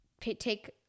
take